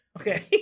Okay